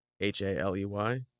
H-A-L-E-Y